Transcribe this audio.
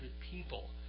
people